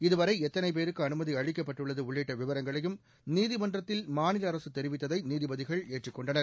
இதுவரை எத்தனை பேருக்கு அனுமதி அளிக்கப்பட்டுள்ளது உள்ளிட்ட விவரங்களையும் நீதிமன்றத்தில் மாநில அரசு தெரிவித்ததை நீதிபதிகள் ஏற்றுக்கொண்டனர்